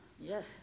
Yes